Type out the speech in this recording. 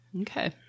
Okay